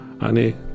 honey